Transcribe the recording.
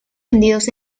vendidos